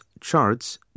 charts